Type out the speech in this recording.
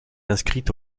inscrite